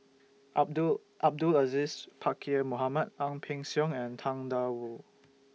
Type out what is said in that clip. Abdul Abdul Aziz Pakkeer Mohamed Ang Peng Siong and Tang DA Wu